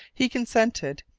he consented,